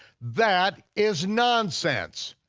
that is nonsense,